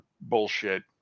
bullshit